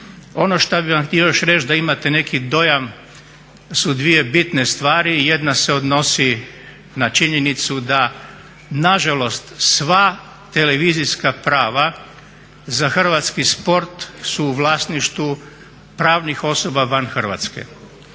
Ono što bih vam htio još reći da imate neki dojam su dvije bitne stvari. Jedna se odnosi na činjenicu da nažalost sva televizijska prava za hrvatski sport su u vlasništvu pravnih osoba van Hrvatske.